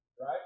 right